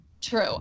true